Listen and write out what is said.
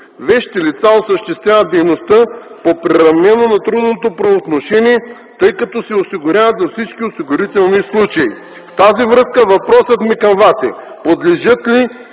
Вещите лица осъществяват дейността по приравнено на трудовото правоотношение, тъй като се осигуряват за всички осигурителни случаи. В тази връзка въпросът ми към Вас е: подлежат ли